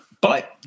Bye